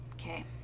Okay